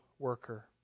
worker